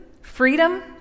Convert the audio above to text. freedom